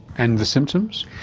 and the symptoms?